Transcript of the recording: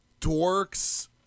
dorks